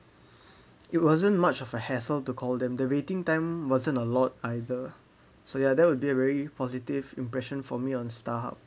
it wasn't much of a hassle to call them the waiting time wasn't a lot either so ya that would be a very positive impression for me on StarHub